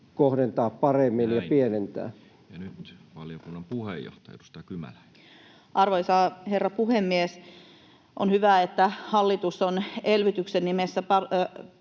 kohdentaa paremmin ja niitä pienentää? Näin. — Ja nyt valiokunnan puheenjohtaja, edustaja Kymäläinen. Arvoisa herra puhemies! On hyvä, että hallitus on elvytyksen nimissä